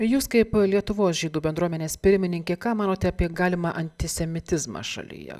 jūs kaip lietuvos žydų bendruomenės pirmininkė ką manote apie galimą antisemitizmą šalyje